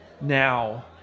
now